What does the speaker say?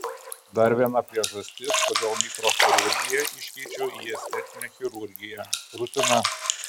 dar viena priežastis kodėl mikrochirurgiją iškeičiau į estetinę chirurgiją rutina